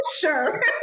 Sure